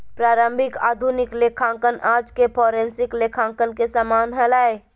प्रारंभिक आधुनिक लेखांकन आज के फोरेंसिक लेखांकन के समान हलय